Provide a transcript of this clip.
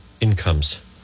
incomes